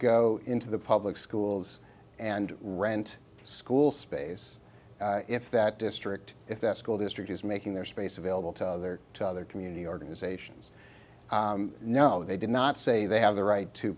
go into the public schools and rent school space if that district if that school district is making their space available to other to other community organizations no they did not say they have the right to